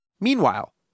Meanwhile